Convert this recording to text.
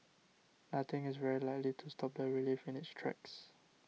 nothing is very likely to stop the relief in its tracks